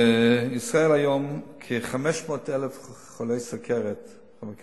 בישראל יש היום כ-500,000 חולי סוכרת מאובחנים.